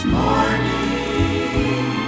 morning